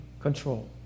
control